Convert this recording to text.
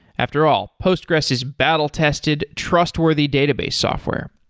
after all, postgres is battle tested, trustworthy database software,